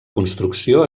construcció